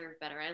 better